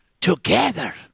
together